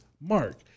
mark